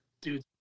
dude